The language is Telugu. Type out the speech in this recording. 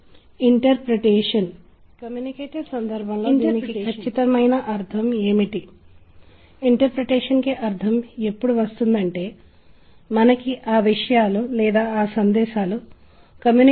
ఈ శ్రావ్యమైన జతులు ప్రధాన శ్రుతులు సాధారణంగా సానుకూల ధ్వనిని కలిగి ఉంటాయి లేదా ఆనందం మరియు ఆనందాన్ని తెలియజేస్తాయి